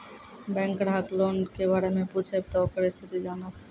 Bank ग्राहक loan के बारे मैं पुछेब ते ओकर स्थिति जॉनब?